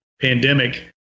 pandemic